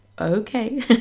okay